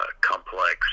complex